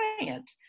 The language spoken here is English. client